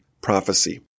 prophecy